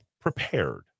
prepared